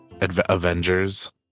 Avengers